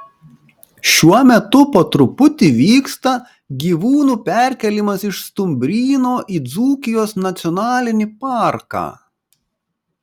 šiuo metu po truputį vyksta gyvūnų perkėlimas iš stumbryno į dzūkijos nacionalinį parką